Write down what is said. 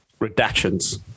redactions